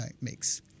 makes